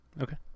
Okay